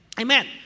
Amen